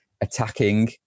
attacking